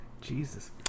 Jesus